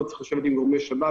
פה צריך לשבת עם גורמי שב"ב,